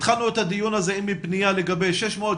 התחלנו את הדיון הזה עם פניה לגבי 600,